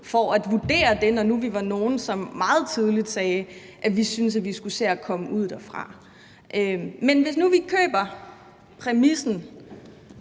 for at kunne vurdere det, når nu vi var nogle, som meget tidligt sagde, at vi syntes, at man skulle se at komme ud derfra. Men hvis vi nu køber præmissen